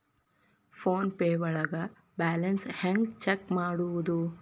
Phone pay ಒಳಗ balance ಹೆಂಗ್ check ಮಾಡುವುದು?